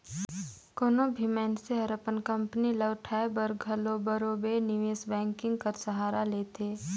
कोनो भी मइनसे हर अपन कंपनी ल उठाए बर घलो बरोबेर निवेस बैंकिंग कर सहारा लेथे